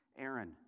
Aaron